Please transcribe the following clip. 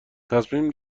تصمیم